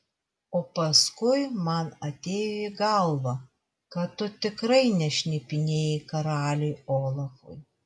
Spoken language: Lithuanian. o paskui man atėjo į galvą kad tu tikrai nešnipinėjai karaliui olafui